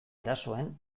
erasoen